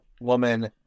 woman